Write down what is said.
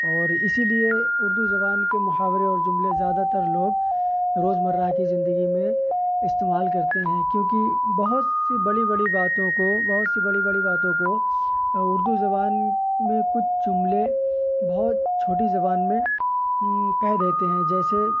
اور اسی لیے اردو زبان کے محاورے اور جملے زیادہ تر لوگ روزمرہ کی زندگی میں استعمال کرتے ہیں کہ کیونکہ بہت سی بڑی بڑی باتوں کو بہت سی بڑی بڑی باتوں کو اردو زبان میں کچھ جملے بہت چھوٹی زبان میں کہہ دیتے ہیں جیسے